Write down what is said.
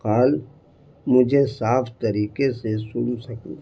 کال مجھے صاف طریقے سے سن سکوں